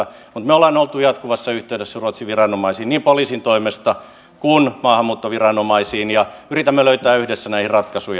mutta me olemme olleet jatkuvassa yhteydessä niin ruotsin viranomaisiin poliisin toimesta kuin maahanmuuttoviranomaisiin ja yritämme löytää yhdessä näihin ratkaisuja